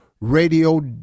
radio